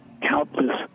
countless